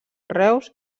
reus